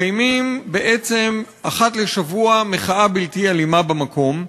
מקיימים אחת לשבוע מחאה בלתי אלימה במקום.